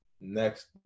next